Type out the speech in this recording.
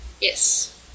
Yes